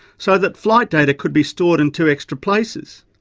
so that flight data could be stored in two extra places.